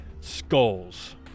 skulls